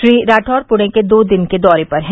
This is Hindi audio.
श्री राठौड़ पुणे के दो दिन के दौरे पर हैं